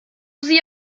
sie